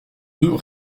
deux